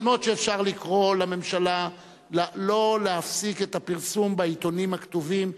ייתכן מאוד שאפשר לקרוא לממשלה שלא להפסיק את הפרסום בעיתונים הכתובים,